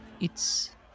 it's-